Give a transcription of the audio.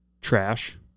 trash